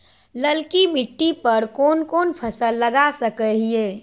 ललकी मिट्टी पर कोन कोन फसल लगा सकय हियय?